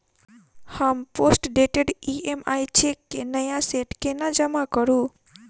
हम postdated EMI cheque केँ नया सेट केना जमा करू?